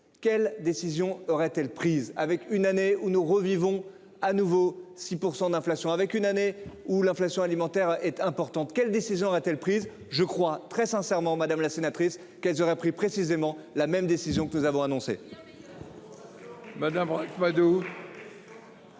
Quelle décision aurait-elle prise avec une année où nous revivons à nouveau 6% d'inflation, avec une année où l'inflation alimentaire est importante. Quelle décision a-t-elle prise je crois très sincèrement, madame la sénatrice qu'elles auraient pris précisément la même décision que nous avons annoncé. Madame Ract-Madoux.